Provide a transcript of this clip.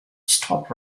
stop